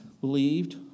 believed